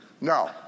No